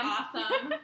awesome